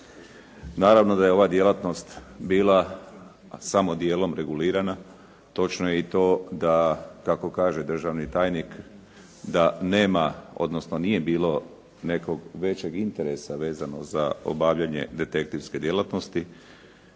Naravno da je ova djelatnost bila samo djelom regulirana, točno je i to da kako kaže državni tajnik da nema, odnosno nije bilo nekog većeg interesa vezano za obavljanje detektivske djelatnosti.